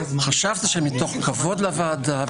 חשבתי שמתוך כבוד לוועדה,